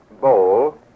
bowl